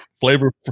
Flavor